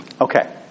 Okay